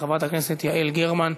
חברת הכנסת יעל גרמן,